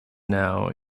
now